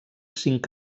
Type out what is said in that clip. cinc